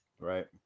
Right